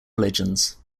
religions